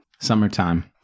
Summertime